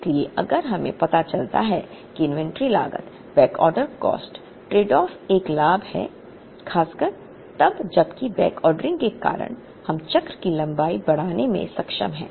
इसलिए अगर हमें पता चलता है कि इन्वेंट्री लागत बैकऑर्डर कॉस्ट ट्रेडऑफ़ एक लाभ है खासकर तब जबकि बैकऑर्डरिंग के कारण हम चक्र की लंबाई बढ़ाने में सक्षम हैं